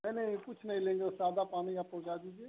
नहीं नहीं कुछ नहीं लेंगे ओ सादा पानी आप पहुँचा दीजिए